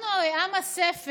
אנחנו הרי עם הספר,